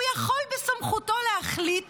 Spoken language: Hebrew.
הוא יכול בסמכותו להחליט